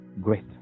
great